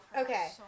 okay